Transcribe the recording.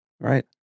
Right